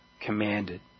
commanded